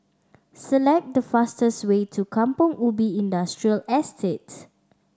select the fastest way to Kampong Ubi Industrial Estate